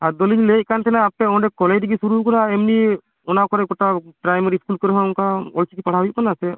ᱟᱫᱚᱞᱤᱧ ᱞᱟᱹᱭᱮᱫ ᱠᱟᱱ ᱛᱟᱦᱮᱱᱟ ᱟᱯᱮ ᱚᱸᱰᱮ ᱠᱟᱞᱤᱴᱜᱤ ᱥᱩᱨᱩ ᱠᱟᱱᱟ ᱮᱢᱱᱤ ᱚᱱᱟ ᱠᱚᱨᱮ ᱠᱚᱴᱟᱣ ᱯᱨᱟᱤᱢᱟᱨᱤ ᱤᱥᱠᱩᱞ ᱠᱚᱨᱮ ᱦᱚᱸ ᱚᱱᱠᱟ ᱚᱞ ᱪᱤᱠᱤ ᱯᱟᱲᱦᱟᱣ ᱦᱩᱭᱩᱜ ᱠᱟᱱᱟ ᱥᱮ